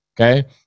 okay